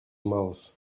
mouth